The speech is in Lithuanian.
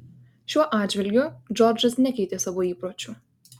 šiuo atžvilgiu džordžas nekeitė savo įpročių